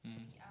mmhmm